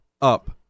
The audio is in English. up